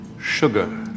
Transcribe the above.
sugar